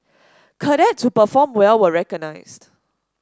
cadets who performed well were recognised